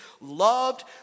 loved